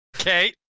Okay